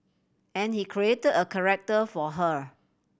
and he create a character for her